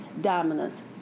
dominance